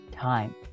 time